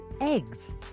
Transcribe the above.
eggs